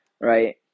right